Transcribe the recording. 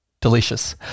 Delicious